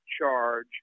charge